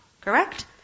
correct